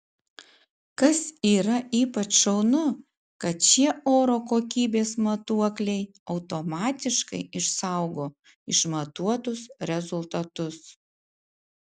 kas yra ypač šaunu kad šie oro kokybės matuokliai automatiškai išsaugo išmatuotus rezultatus